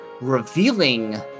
revealing